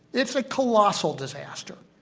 it's a colossal disaster.